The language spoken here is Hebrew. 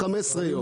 15 יום?